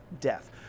death